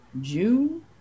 June